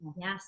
yes